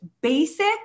basic